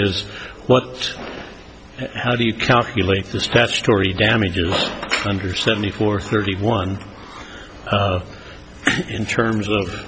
is what how do you calculate the statutory damages hundred seventy four thirty one in terms